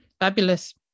Fabulous